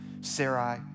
Sarai